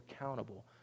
accountable